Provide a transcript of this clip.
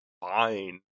fine